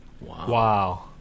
Wow